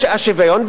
כך יהיה השוויון.